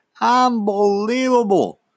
Unbelievable